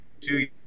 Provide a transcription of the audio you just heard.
two